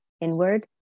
inward